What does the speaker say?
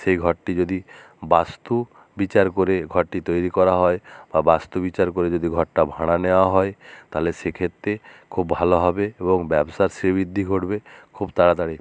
সেই ঘরটি যদি বাস্তু বিচার করে ঘরটি তৈরি করা হয় বা বাস্তু বিচার করে যদি ঘরটা ভাড়া নেওয়া হয় তালে সেক্ষেত্রে খুব ভালো হবে এবং ব্যবসার শ্রীবৃদ্ধি ঘটবে খুব তাড়াতাড়ি